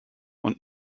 und